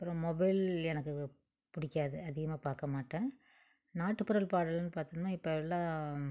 அப்புறம் மொபைல் எனக்கு பிடிக்காது அதிகமாக பார்க்கமாட்டேன் நாட்டுப்புற பாடல்கள்னு பார்த்திங்கனா இப்போ எல்லாம்